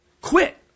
Quit